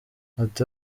ati